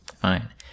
fine